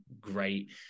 great